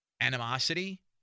animosity